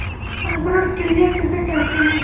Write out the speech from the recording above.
अंकुरण क्रिया किसे कहते हैं?